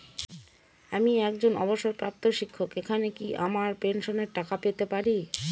আমি একজন অবসরপ্রাপ্ত শিক্ষক এখানে কি আমার পেনশনের টাকা পেতে পারি?